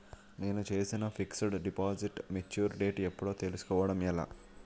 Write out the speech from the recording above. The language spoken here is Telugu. నేను చేసిన ఫిక్సడ్ డిపాజిట్ మెచ్యూర్ డేట్ ఎప్పుడో తెల్సుకోవడం ఎలా?